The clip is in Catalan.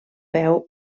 peu